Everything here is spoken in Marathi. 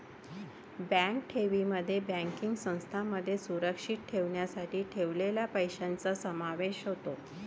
बँक ठेवींमध्ये बँकिंग संस्थांमध्ये सुरक्षित ठेवण्यासाठी ठेवलेल्या पैशांचा समावेश होतो